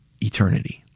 eternity